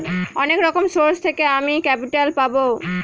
অনেক রকম সোর্স থেকে আমি ক্যাপিটাল পাবো